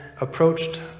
approached